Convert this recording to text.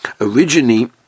Originally